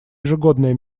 ежегодная